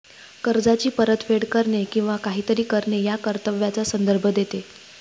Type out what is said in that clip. कर्जाची परतफेड करणे किंवा काहीतरी करणे या कर्तव्याचा संदर्भ देते